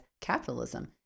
capitalism